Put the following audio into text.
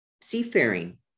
seafaring